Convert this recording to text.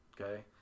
Okay